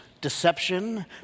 deception